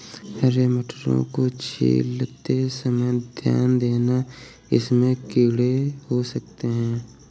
हरे मटरों को छीलते समय ध्यान देना, इनमें कीड़े हो सकते हैं